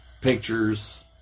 Pictures